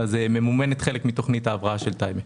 ממומנת חלק מתכנית ההבראה של טייבה.